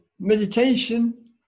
meditation